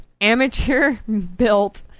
amateur-built-